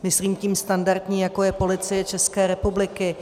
Myslím tím standardní, jako je Policie České republiky.